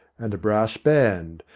and a brass band,